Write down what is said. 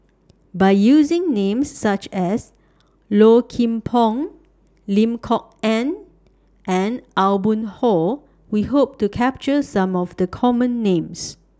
By using Names such as Low Kim Pong Lim Kok Ann and Aw Boon Haw We Hope to capture Some of The Common Names